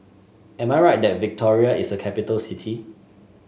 am I right that Victoria is a capital city